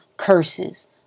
curses